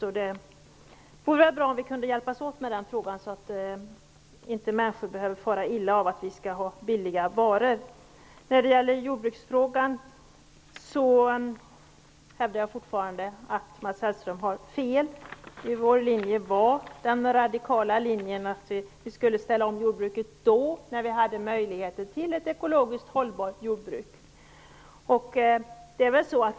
Det vore väl bra om vi kunde hjälpas åt med den frågan, så att människor inte behöver fara illa av att vi skall ha billiga varor. När det gäller jordbruksfrågan hävdar jag fortfarande att Mats Hellström har fel. Vår linje var den radikala linjen att vi skulle ställa om jordbruket då när vi hade möjligheter till ett ekologiskt hållbart jordbruk.